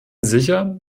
sicher